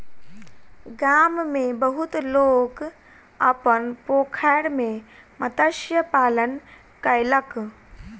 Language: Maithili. गाम में बहुत लोक अपन पोखैर में मत्स्य पालन कयलक